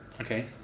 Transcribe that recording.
Okay